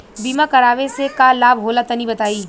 बीमा करावे से का लाभ होला तनि बताई?